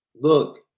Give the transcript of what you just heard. look